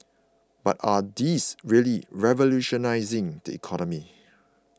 but are these really revolutionising the economy